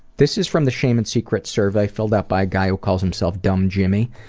this is from the shame and secrets survey, filled out by a guy who calls himself dumb jimmy,